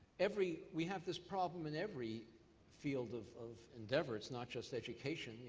every we have this problem in every field of of endeavor. it's not just education,